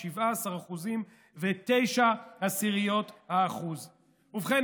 17.9%. ובכן,